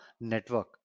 network